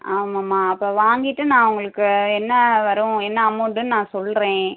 ஆமாம்மா அப்போ வாங்கிட்டு நான் உங்களுக்கு என்ன வரும் என்ன அமௌண்ட்டுன்னு நான் சொல்கிறேன்